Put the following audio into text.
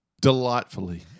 delightfully